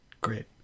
Great